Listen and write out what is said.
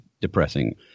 depressing